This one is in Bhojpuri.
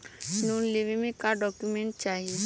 लोन लेवे मे का डॉक्यूमेंट चाही?